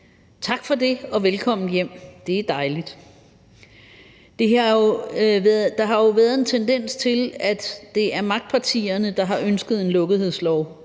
Tak for det, og velkommen hjem. Det er dejligt. Der har jo været en tendens til, at det er magtpartierne, der har ønsket en lukkethedslov.